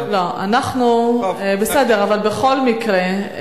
בסדר, אבל בכל מקרה.